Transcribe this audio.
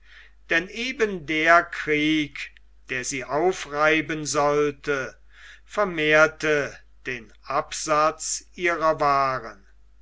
denn eben der krieg der sie aufreiben sollte vermehrte den absatz ihrer waaren